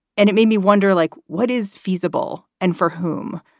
and it made me wonder, like what is feasible and for whom.